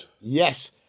yes